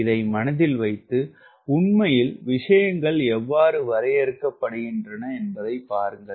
இதை மனதில் வைத்து உண்மையில் விஷயங்கள் எவ்வாறு வரையறுக்கப்படுகின்றன என்பதைப் பாருங்கள்